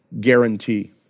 guarantee